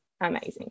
amazing